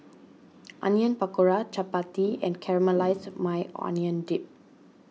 Onion Pakora Chapati and Caramelized Maui Onion Dip